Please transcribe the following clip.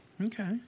Okay